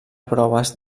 proves